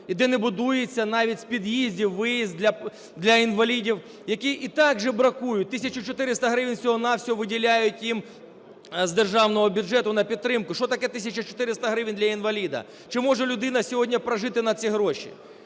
і де не будується навіть з під'їздів виїзд для інвалідів, які і так жебракують, 1400 гривень всього-на-всього виділяють їм з державного бюджету на підтримку. Що таке 1400 гривень для інваліда? Чи може людина сьогодні прожити на ці гроші?